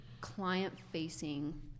client-facing